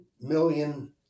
million